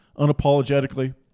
unapologetically